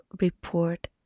report